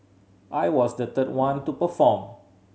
I was the third one to perform